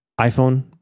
iPhone